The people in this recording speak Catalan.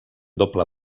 doble